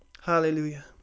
Hallelujah